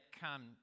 come